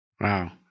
Wow